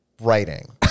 writing